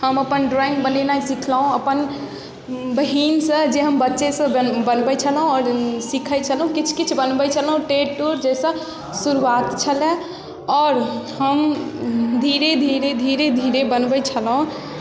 हम अपन ड्रॉइंग बनेनाइ सिखलहुँ अपन बहिनसँ जे हम बच्चेसँ बन बनबै छलहुँ आओर सीखै छलहुँ किछु किछु बनबै छलहुँ टेढ़ टूढ़ जाहिसँ शुरुआत छलए आओर हम धीरे धीरे धीरे धीरे बनबैत छलहुँ